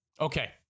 Okay